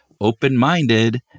open-minded